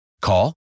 Call